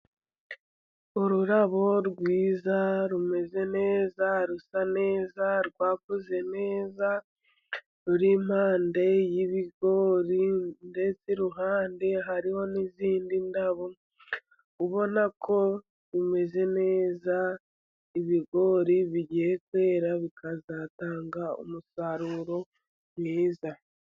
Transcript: Ururabo rwiza rumeze neza, rusa neza, rwakuze neza, ruri impande y'ibigori, ndetse iruhande hariho n'izindi ndabo, ubona ko rumeze neza, ibigori bigiye kwera, bikazatanga umusaruro mwiza.